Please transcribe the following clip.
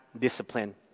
discipline